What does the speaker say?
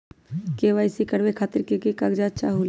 KYC करवे खातीर के के कागजात चाहलु?